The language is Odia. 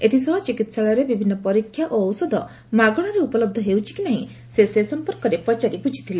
ଏଥିସହ ଚିକିହାଳୟରେ ବିଭିନ୍ନ ପରୀକ୍ଷା ଓ ଔଷଧ ମାଗଣାରେ ଉପଲହ ହେଉଛି କି ନାହିଁ ସେ ସମ୍ପର୍କରେ ପଚାରି ବୃଝିଥିଲେ